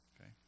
Okay